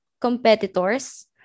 competitors